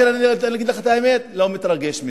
לכן, אני אגיד לך את האמת, לא מתרגש מזה.